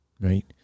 right